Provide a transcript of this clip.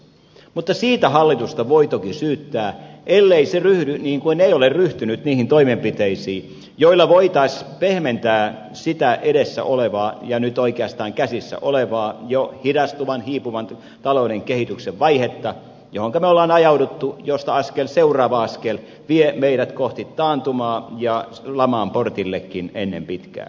mutta siitä hallitusta voi toki syyttää ellei se ryhdy niin kuin ei ole ryhtynyt niihin toimenpiteisiin joilla voitaisiin pehmentää sitä edessä olevaa ja nyt jo oikeastaan käsissä olevaa hidastuvan hiipuvan talouden kehityksen vaihetta johonka me olemme ajautuneet josta seuraava askel vie meidät kohti taantumaa ja laman portillekin ennen pitkää